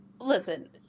listen